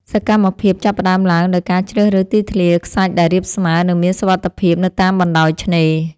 សកម្មភាពចាប់ផ្ដើមឡើងដោយការជ្រើសរើសទីធ្លាខ្សាច់ដែលរាបស្មើ និងមានសុវត្ថិភាពនៅតាមបណ្ដោយឆ្នេរ។